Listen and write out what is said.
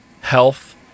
health